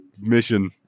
mission